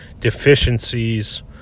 deficiencies